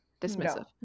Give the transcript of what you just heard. dismissive